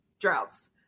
droughts